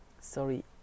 sorry